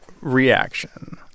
reaction